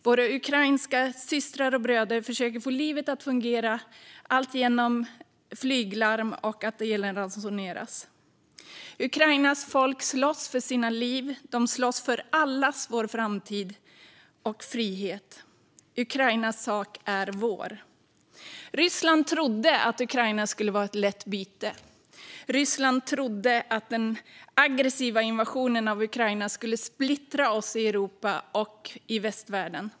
Våra ukrainska systrar och bröder försöker få livet att fungera medan flyglarmen ljuder och elen ransoneras. Ukrainas folk slåss för sitt liv. De slåss för allas vår framtid och frihet. Ukrainas sak är vår. Ryssland trodde att Ukraina skulle vara ett lätt byte. Ryssland trodde att den aggressiva invasionen av Ukraina skulle splittra oss i Europa och i västvärlden.